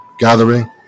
gathering